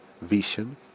vision